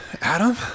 Adam